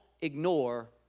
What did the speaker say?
ignore